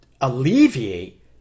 alleviate